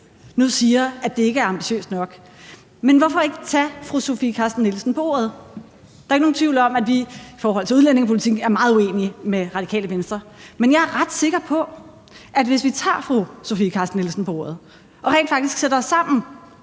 nu siger, at det ikke er ambitiøst nok. Men hvorfor ikke tage fru Sofie Carsten Nielsen på ordet? Der er ikke nogen tvivl om, at vi i forhold til udlændingepolitikken er meget uenige med Radikale Venstre, men jeg er ret sikker på, at hvis vi tager fru Sofie Carsten Nielsen på ordet og rent faktisk sætter os sammen